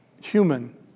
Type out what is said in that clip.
human